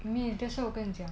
妹妹 that's why 我跟你讲